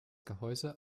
gehäuse